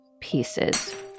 pieces